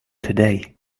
today